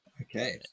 Okay